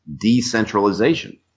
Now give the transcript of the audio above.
decentralization